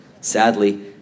Sadly